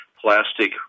plastic